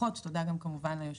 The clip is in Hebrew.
אני רוצה להודות ליושב-ראש,